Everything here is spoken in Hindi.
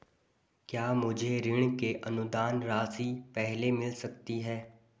क्या मुझे ऋण की अनुदान राशि पहले मिल सकती है?